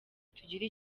tugire